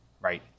right